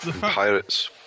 Pirates